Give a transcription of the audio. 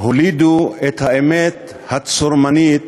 הולידו את האמת הצורמנית